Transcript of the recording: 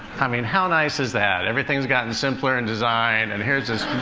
i mean, how nice is that? everything's gotten simpler in design, and here's this